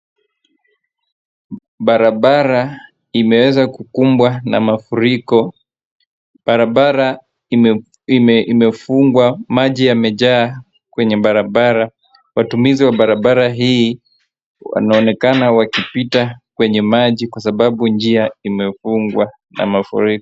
Barabara imeweza kukubwa na mafuriko. Barabara imefungwa maji imejaa kwenye barabara ,watumizi wa barabara hii wanaonekana wakipita kwenye maji kwa sababu njia imefungwa na mafuriko.